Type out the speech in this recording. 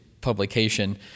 publication